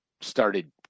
started